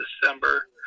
December